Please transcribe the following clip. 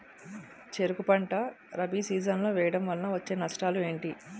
చెరుకు పంట రబీ సీజన్ లో వేయటం వల్ల వచ్చే నష్టాలు ఏంటి?